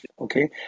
Okay